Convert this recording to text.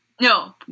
No